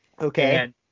Okay